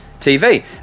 TV